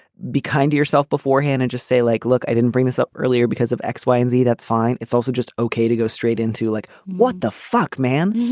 be kind to yourself beforehand and just say, like, look, i didn't bring this up earlier because of x, y and z, that's fine. it's also just okay to go straight into like, what the fuck, man?